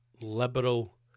liberal